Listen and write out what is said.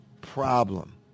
problem